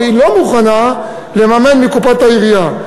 אבל היא לא מוכנה לממן מקופת העירייה.